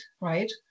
right